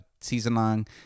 season-long